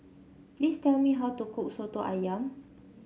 please tell me how to cook soto ayam